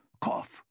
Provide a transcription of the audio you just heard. Cough